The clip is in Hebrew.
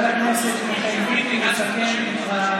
חבר הכנסת מיכאל ביטון